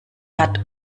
hat